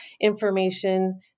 information